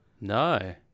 No